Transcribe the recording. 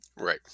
Right